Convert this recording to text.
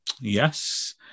Yes